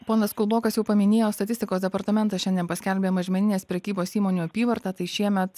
ponas kulbokas jau paminėjo statistikos departamentas šiandien paskelbė mažmeninės prekybos įmonių apyvartą tai šiemet